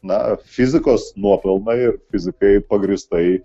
na fizikos nuopelnai fizikai pagrįstai